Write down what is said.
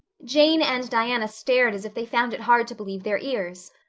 jane and diana stared as if they found it hard to believe their ears.